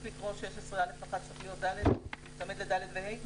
עדיף לקרוא ל-16 (א1) (א2) 16(ד)(ה).